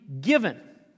given